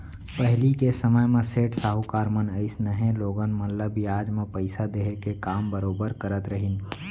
पहिली के समे म सेठ साहूकार मन अइसनहे लोगन मन ल बियाज म पइसा देहे के काम बरोबर करत रहिन